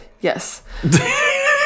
Yes